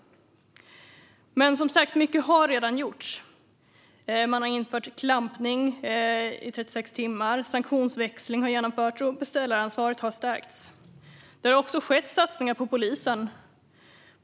Men som sagt har mycket redan gjorts. Man har infört klampning i 36 timmar. Sanktionsväxling har genomförts, och beställaransvaret har stärkts. Det har också skett satsningar på polisen.